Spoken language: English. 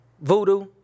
voodoo